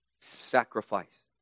sacrifice